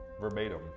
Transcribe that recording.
Verbatim